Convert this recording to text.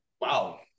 Wow